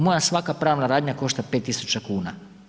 Moja svaka pravna radnja košta 5 tisuća kuna.